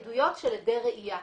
עדויות של עדי ראייה.